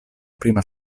prima